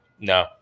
No